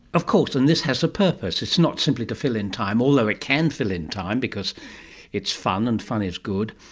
of course, and this has a purpose, it's not simply to fill in time, although it can fill in time because it's fun and fun is good,